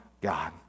God